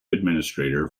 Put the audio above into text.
administrator